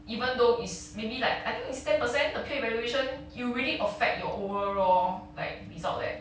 even though it's maybe like I think it's ten percent the peer evaluation you really affect your overall like result leh